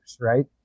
right